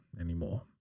anymore